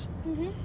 mm hmm